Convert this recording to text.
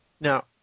Now